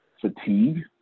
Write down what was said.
fatigue